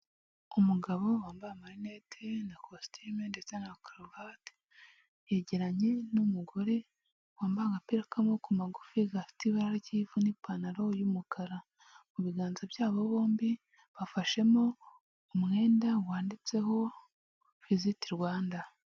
Umugabo wambaye amarinete na kositimu ndetse na karuvati, yegeranye n'umugore wambaye agapira k'amaboko magufi, gafite ibara ry'ivu n'ipantaro y'umukara, mu biganza byabo bombi bafashemo umwenda wanditseho "Visit Rwanda".